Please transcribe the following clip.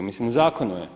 Mislim u zakonu je.